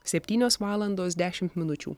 septynios valandos dešimt minučių